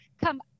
come